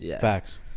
Facts